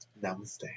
Namaste